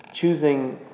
choosing